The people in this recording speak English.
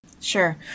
Sure